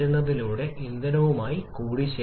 ഇവ തമ്മിലുള്ള ബന്ധം എന്താണ് രണ്ട് CP Cv a −ā R